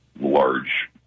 large